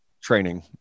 training